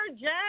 Jen